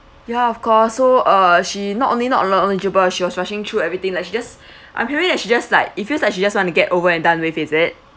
ya of course so uh she not only not not knowledgable she was rushing through everything like she just I'm hearing that she just like it feels like she just want to get over and done with is it